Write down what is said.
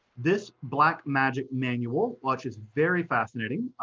this black magic manual like is very fascinating,